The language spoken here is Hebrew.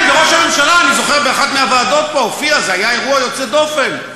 התנאים זה לא הסידורים בין שניכם.